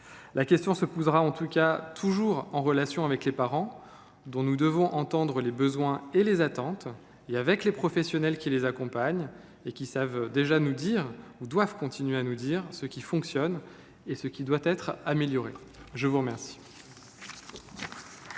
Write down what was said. la question se posera toujours en relation avec les parents, dont nous devons entendre les besoins et les attentes, et avec les professionnels qui les accompagnent, lesquels doivent continuer à nous dire ce qui fonctionne et ce qui doit être amélioré. La parole